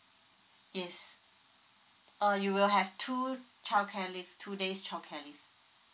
yes uh you will have to childcare leave two days childcare leave